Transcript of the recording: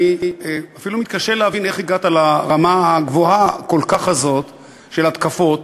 אני אפילו מתקשה להבין איך הגעת לרמה הגבוהה כל כך הזאת של התקפות